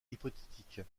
hypothétique